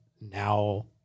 now